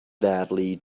deadly